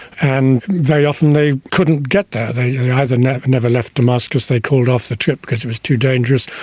and very often they couldn't get there they either never never left damascus, they called off the trip because it was too dangerous,